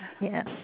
Yes